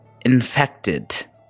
infected